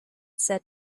said